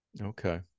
Okay